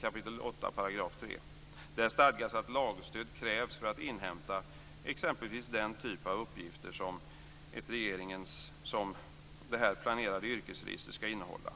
kap. 3 §. Där stadgas att lagstöd krävs när det gäller att inhämta exempelvis den typ av uppgifter som regeringens planerade yrkesregister ska innehålla.